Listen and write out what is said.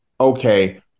okay